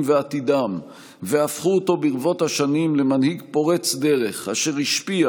ועתידם והפכו אותו ברבות השנים למנהיג פורץ דרך אשר השפיע